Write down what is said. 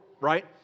right